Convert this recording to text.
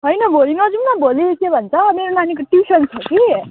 होइन भोलि नजाऔँ न भोलि के भन्छ मेरो नानीको ट्युसन छ कि